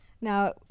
Now